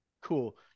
Cool